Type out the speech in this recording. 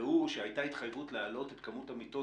והוא שהייתה התחייבות להעלות את כמות המיטות